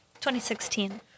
2016